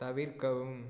தவிர்க்கவும்